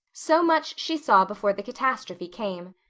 so much she saw before the catastrophe came.